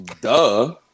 Duh